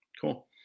Cool